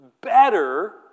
better